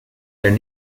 their